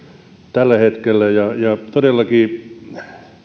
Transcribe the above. tällä hetkellä ja ja todellakin